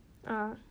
ah